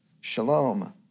shalom